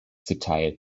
zuteil